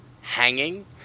hanging